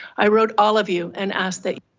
i wrote all of you and asked that.